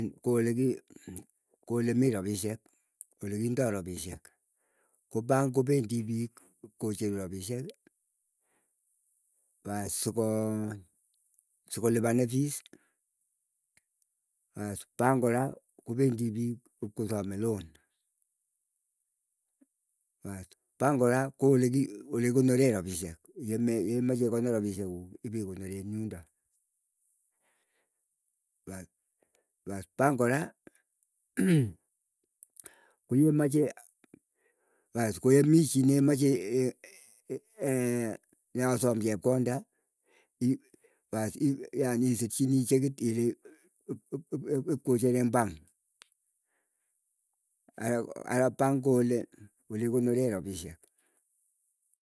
Ko oleki ko olemii rapisyek, olekindoo rapisyek. Koo bank kopendii piiki kipkocheru rapisyeki sikolipanee fees, pas bank kora kopendii pik kikosome loan. Paas bank kora koolekikonoree rapisyek yemeche ikonor rapisyekuuk ikonor rapisyek kuuk ipikonoren yundo. Bas bas bank kora koyemache koyemii chii nekasom chekonda pas ii isirchini checkit ile ipko cher ing bank, ara bank koo ole kikonoree rapisyek.